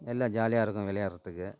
எல்லாம் ஜாலியாக இருக்கும் விளயாட்றதுக்கு